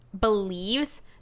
believes